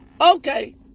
okay